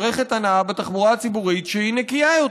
ובעולם משתמשים באוטובוסים מונעי גז טבעי כדי לצמצם בזיהום